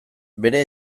bere